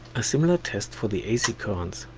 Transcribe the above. a similar test for the ac current.